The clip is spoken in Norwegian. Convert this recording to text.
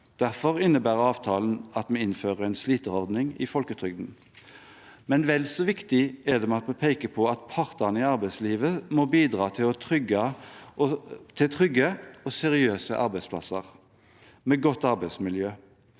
Derfor innebærer avtalen at vi innfører en sliterordning i folketrygden. Vel så viktig er det at vi peker på at partene i arbeidslivet må bidra til trygge og seriøse arbeidsplasser med godt arbeidsmiljø.